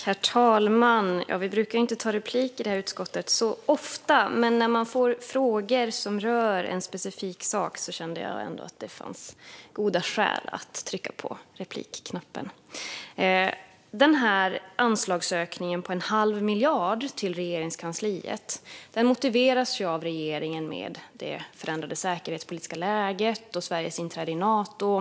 Herr talman! Vi brukar inte ta replik i det här utskottet så ofta, men när man får frågor som rör en specifik sak tycker jag att det finns skäl att trycka på replikknappen. Anslagsökningen på en halv miljard till Regeringskansliet motiveras av regeringen med det förändrade säkerhetspolitiska läget och Sveriges inträde i Nato.